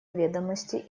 ведомости